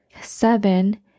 Seven